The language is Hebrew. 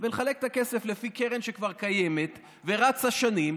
ולחלק את הכסף לפי קרן שכבר קיימת ורצה שנים,